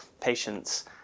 patients